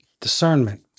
discernment